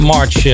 March